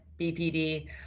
BPD